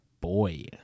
boy